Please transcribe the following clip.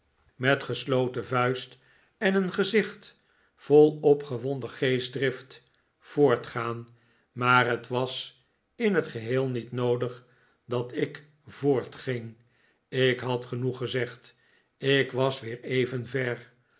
met gesloten vuist en een gezicht vol opgewonden geestdrift voortgaanj maar het was in het geheel niet noodig dat ik voortging ik had genoeg gezegd ik was weer even ver